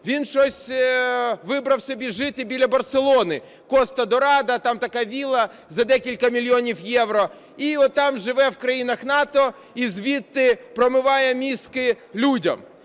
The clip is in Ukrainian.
він щось вибрав собі жити біля Барселони, Коста-Дорада там така вілла за декілька мільйонів євро, і там живе в країнах НАТО і звідти "промиває" мізки людям.